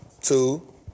Two